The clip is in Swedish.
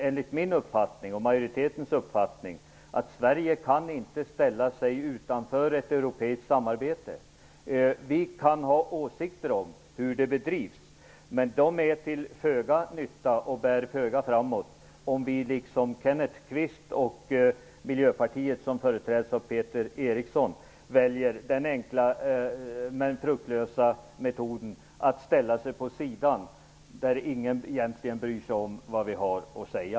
Enligt min och majoritetens uppfattning, Kenneth Kvist, kan Sverige inte ställa sig utanför ett europeiskt samarbete. Vi kan ha åsikter om hur det bedrivs. Men de är till föga nytta och bär föga framåt om vi liksom Peter Eriksson, väljer den enkla men fruktlösa metoden att ställa sig på sidan, där igen egentligen bryr sig om vad vi har att säga.